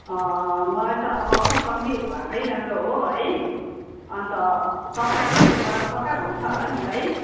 मलाई त अब अलिक कम्ती भएकै राम्रो हो है अन्त तपाईँहरूकोबाट पक्का हुन्छ होला नि है